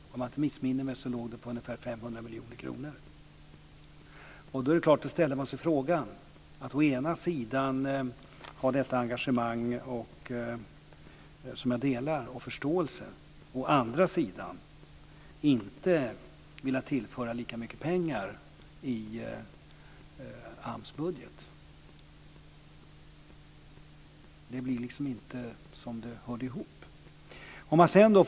Om jag inte missminner mig låg det på ungefär 500 miljoner kronor. Å ena sidan har man detta engagemang - som jag delar och har förståelse för - och å andra sidan vill man inte tillföra lika mycket pengar i AMS budget. Jag ställer mig frågande till det. Det blir liksom som om det inte hörde ihop.